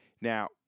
Now